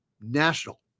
national